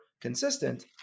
consistent